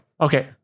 Okay